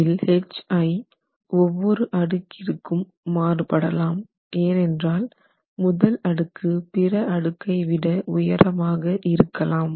இதில் hi ஒவ்வொரு அடுக்கிருக்கும் மாறுபடலாம் ஏனென்றால் முதல் அடுக்கு பிற அடுக்கை விட உயரமாக இருக்கலாம்